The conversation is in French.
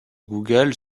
google